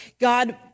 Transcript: God